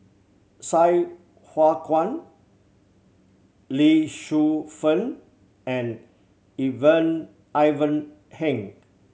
Sai Hua Kuan Lee Shu Fen and Even Ivan Heng